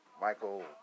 Michael